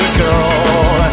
girl